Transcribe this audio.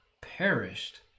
perished